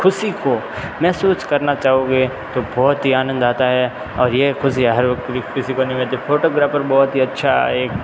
खुशी को महसूस करना चाहोगे तो बहुत ही आनंद आता है और ये खुशियाँ हर किसी को नही मिलती फोटोग्राफर बहुत ही अच्छा एक